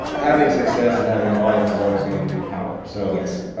having success and having an audience is always gonna give you power. so yes.